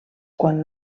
quan